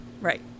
Right